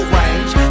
range